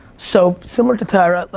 so, similar to tyra,